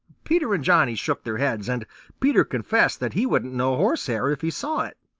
peter and johnny shook their heads, and peter confessed that he wouldn't know horsehair if he saw it.